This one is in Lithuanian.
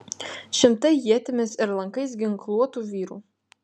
šimtai ietimis ir lankais ginkluotų vyrų